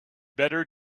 better